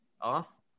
off